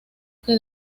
que